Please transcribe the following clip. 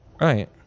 right